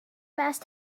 must